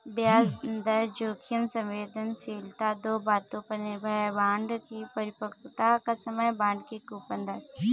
ब्याज दर जोखिम संवेदनशीलता दो बातों पर निर्भर है, बांड की परिपक्वता का समय, बांड की कूपन दर